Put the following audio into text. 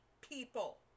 people